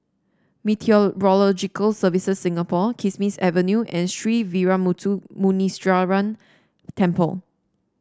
Meteorological Services Singapore Kismis Avenue and Sree Veeramuthu Muneeswaran Temple